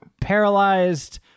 Paralyzed